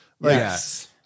Yes